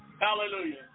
Hallelujah